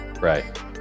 right